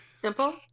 simple